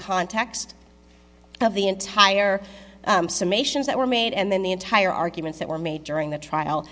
context of the entire summations that were made and then the entire arguments that were made during the trial